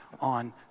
on